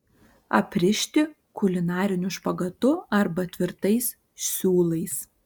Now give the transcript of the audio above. aprišti kulinariniu špagatu arba tvirtais siūlais